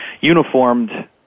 uniformed